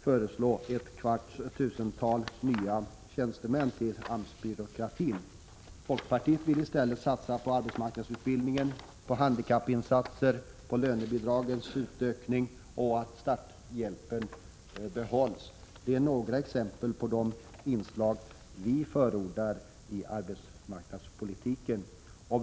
föreslå 250 nya tjänstemän till AMS-byråkratin. Folkpartiet vill i stället satsa på arbetsmarknadsutbildning, insatser för de handikappade, utökade lönebidrag och bibehållen starthjälp. Det är några exempel på de inslag i arbetsmarknadspolitiken vi förordar.